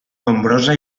nombrosa